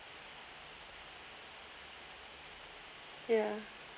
ya